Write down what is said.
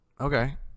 Okay